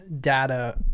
data